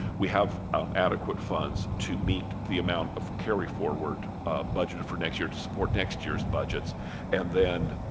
we have adequate funds to meet the amount of carry-forward budgeted for next year to support next year's budgets and then